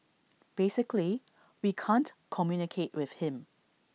basically we can't communicate with him